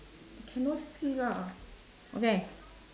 cannot see lah okay